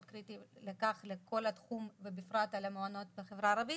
קריטיות לכך בכל התחום ובפרט על המעונות בחברה הערבית.